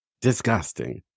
Disgusting